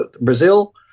Brazil